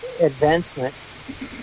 advancements